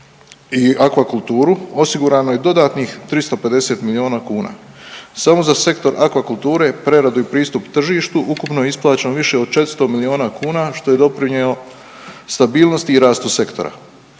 i akvakulturu osigurano je dodatnih 350 milijuna kuna, samo za sektor akvakulture, preradu i pristup tržištu, ukupno je isplaćeno više od 400 milijuna kuna, što je doprinijelo stabilnosti i rastu sektora.